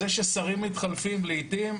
זה ששרים מתחלפים לעתים,